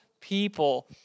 people